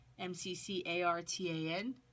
MCCARTAN